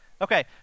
Okay